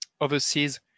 overseas